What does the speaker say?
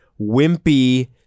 wimpy